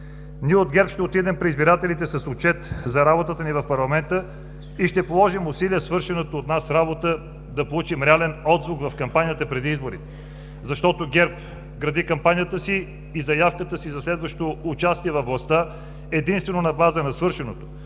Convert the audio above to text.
Ние от ГЕРБ ще отидем при избирателите с отчет за работата ни в парламента и ще положим усилия свършената от нас работа да получи реален отзвук в кампанията преди изборите, защото ГЕРБ гради кампанията и заявката си за следващото участие във властта единствено на базата на свършеното,